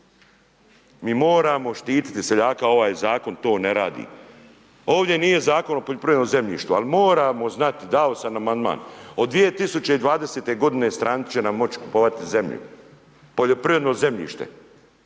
Mi moramo štiti seljaka, ovaj zakon to ne radi. Ovdje nije Zakon o poljoprivrednom zemljištu, ali moramo znati, dao sam amandman, od 2020. g. stranci će nam moći kupovati zemlju, poljoprivredno zemljište